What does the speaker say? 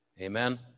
Amen